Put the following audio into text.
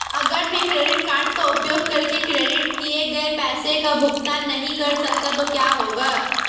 अगर मैं credit card का उपयोग करके क्रेडिट किए गए पैसे का भुगतान नहीं कर सकता तो क्या होगा?